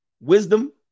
Wisdom